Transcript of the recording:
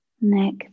neck